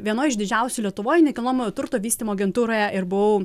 vienoj iš didžiausių lietuvoj nekilnojamojo turto vystymo agentūroje ir buvau